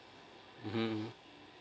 mmhmm